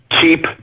keep